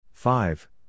Five